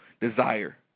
desire